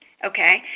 Okay